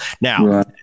Now